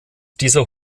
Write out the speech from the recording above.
dieser